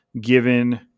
given